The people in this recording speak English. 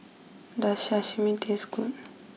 does Sashimi taste good